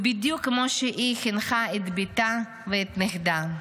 בדיוק כמו שהיא חינכה את בתה ואת נכדה.